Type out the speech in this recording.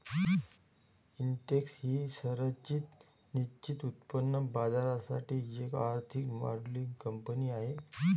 Intex ही संरचित निश्चित उत्पन्न बाजारासाठी एक आर्थिक मॉडेलिंग कंपनी आहे